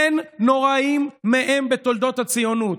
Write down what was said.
אין נוראיים מהם בתולדות הציונות: